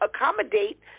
accommodate